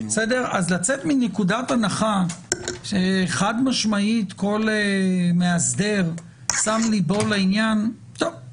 אז לצאת מנקודת הנחה שכל מאסדר שם לבו לעניין באופן חד-משמעי טוב,